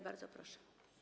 Bardzo proszę.